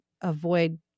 avoid